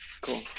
cool